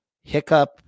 hiccup